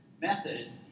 method